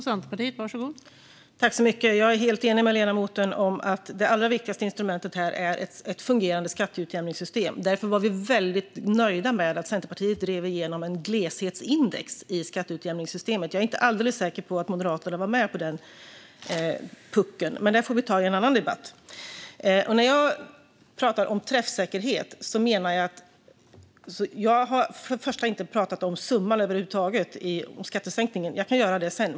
Fru talman! Jag är helt enig med ledamoten om att det allra viktigaste instrumentet här är ett fungerande skatteutjämningssystem. Därför var vi i Centerpartiet väldigt nöjda med att vi drev igenom ett gleshetsindex i skatteutjämningssystemet. Jag är inte alldeles säker på att Moderaterna var med på den pucken. Men det får vi ta i en annan debatt. Jag har över huvud taget inte pratat om summan i skattesänkningen. Jag kan göra det sedan.